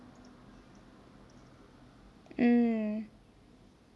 mm